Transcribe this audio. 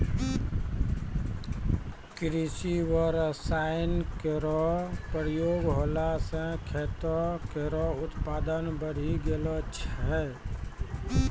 कृषि म रसायन केरो प्रयोग होला सँ खेतो केरो उत्पादन बढ़ी गेलो छै